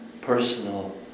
personal